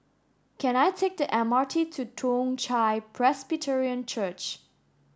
can I take the M R T to Toong Chai Presbyterian Church